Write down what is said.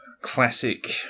Classic